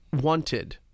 wanted